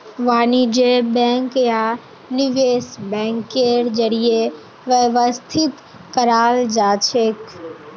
वाणिज्य बैंक या निवेश बैंकेर जरीए व्यवस्थित कराल जाछेक